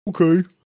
Okay